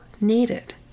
needed